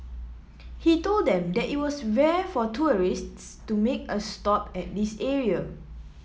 he told them that it was rare for tourists to make a stop at this area